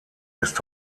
ist